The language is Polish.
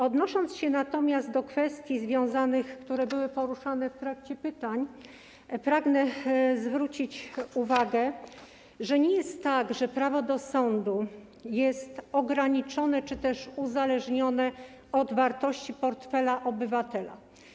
Odnosząc się natomiast do kwestii, które były poruszane w trakcie pytań, pragnę zwrócić uwagę, że nie jest tak, że prawo do sądu jest ograniczone czy też uzależnione od wartości portfela obywatela.